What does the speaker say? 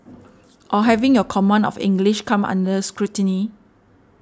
or having your command of English come under scrutiny